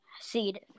seed